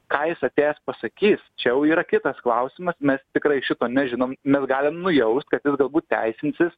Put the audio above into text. ką jis atėjęs pasakys čia jau yra kitas klausimas mes tikrai šito nežinom mes galim nujaust kad jis galbūt teisinsis